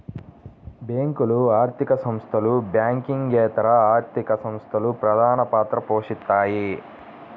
బ్యేంకులు, ఆర్థిక సంస్థలు, బ్యాంకింగేతర ఆర్థిక సంస్థలు ప్రధానపాత్ర పోషిత్తాయి